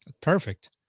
perfect